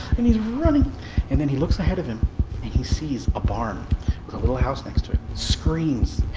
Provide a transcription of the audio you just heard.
and he's running and then he looks ahead of him and he sees a barn with a little house next to it screams